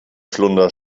flunder